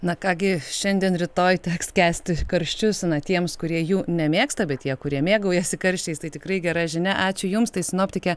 na ką gi šiandien rytoj teks kęsti karščius na tiems kurie jų nemėgsta bet tie kurie mėgaujasi karščiais tai tikrai gera žinia ačiū jums tai sinoptikė